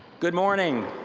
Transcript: good morning.